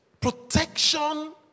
Protection